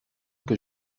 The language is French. que